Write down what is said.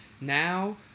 now